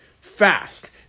fast